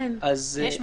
הם מתנהגים אותו דבר.